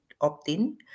opt-in